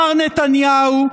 מר נתניהו,